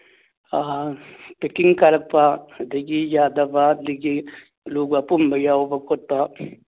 packing ꯀꯥꯏꯔꯛꯄ ꯑꯗꯨꯗꯒꯤ ꯌꯥꯗꯕ ꯑꯗꯨꯗꯒꯤ ꯑꯥꯂꯨꯒ ꯑꯄꯨꯝꯕ ꯌꯥꯎꯕ ꯈꯣꯠꯄ